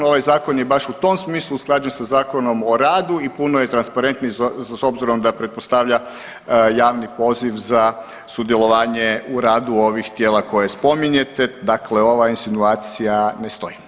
Ovaj zakon je baš u tom smislu usklađen sa Zakonom o radu i puno je transparentniji s obzirom da pretpostavlja javni poziv za sudjelovanje u radu ovih tijela koje spominjete, dakle ova insinuacija ne stoji.